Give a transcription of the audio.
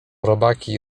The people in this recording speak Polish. robaki